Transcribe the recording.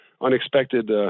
unexpected